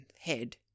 head